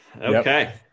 okay